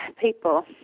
people